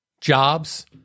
jobs